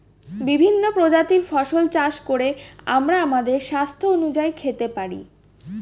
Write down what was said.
বিভিন্ন প্রজাতির ফসল চাষ করে আমরা আমাদের স্বাস্থ্য অনুযায়ী খেতে পারি